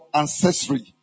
ancestry